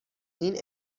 این